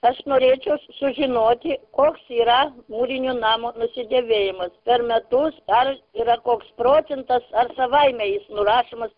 aš norėčiau sužinoti koks yra mūrinio namo nusidėvėjimas per metus ar yra koks procentas ar savaime jis nurašomas